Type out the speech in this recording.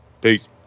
Peace